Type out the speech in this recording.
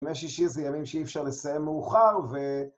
אולי שישי זה ימים שאי אפשר לסיים מאוחר ו...